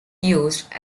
used